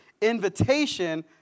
invitation